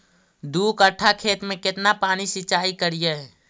दू कट्ठा खेत में केतना पानी सीचाई करिए?